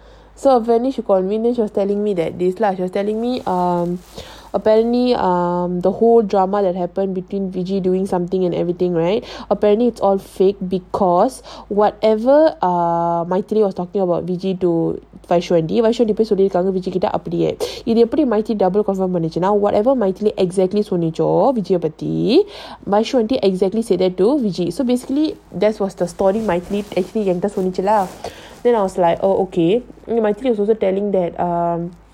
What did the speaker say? so apparently she call me then she was telling me that this lah she was telling me err apparently err the whole drama that happen between doing something and everything right apparently it's all fake because whatever err was talking about whatever exactly told அப்டியே:apdie exactly said that to so basically that was the story சொல்லுச்சோ:sollucho then I was like oh okay then was also telling me that err